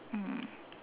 mm